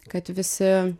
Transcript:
kad visi